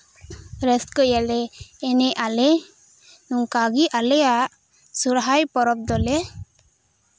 ᱨᱟᱹᱥᱠᱟᱹᱭ ᱟᱞᱮ ᱮᱱᱮᱡ ᱟᱞᱮ ᱱᱚᱝᱠᱟ ᱜᱮ ᱟᱞᱮᱭᱟᱜ ᱥᱚᱨᱦᱟᱭ ᱯᱚᱨᱚᱵᱽ ᱫᱚᱞᱮ